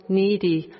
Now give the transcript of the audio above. needy